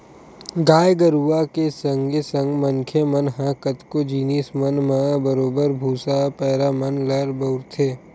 गाय गरुवा के संगे संग मनखे मन ह कतको जिनिस मन म बरोबर भुसा, पैरा मन ल बउरथे